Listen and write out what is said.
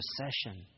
procession